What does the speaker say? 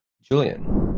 Julian